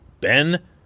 Ben